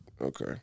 okay